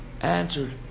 answered